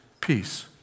peace